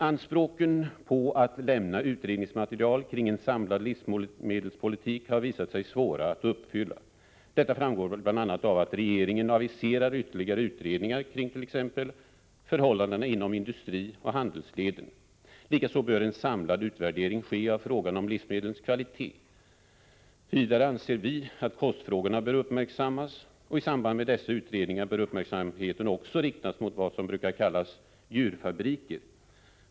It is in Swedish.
Anspråken på att lämna utredningsmaterial om en samlad livsmedelspolitik har visat sig svåra att uppfylla. Detta framgår bl.a. av att regeringen aviserar ytterligare utredningar av t.ex. förhållandena inom industrioch handelsleden. En samlad utvärdering bör ske av frågan om livsmedlens kvalitet. Vidare anser vi att kostfrågorna behöver uppmärksammas. I samband med dessa utredningar bör uppmärksamheten också riktas mot vad som brukar kallas djurfabriker.